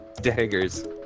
daggers